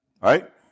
right